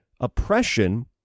oppression